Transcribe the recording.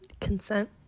consent